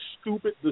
stupid